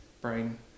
brain